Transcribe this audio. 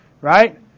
Right